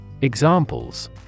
Examples